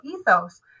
ethos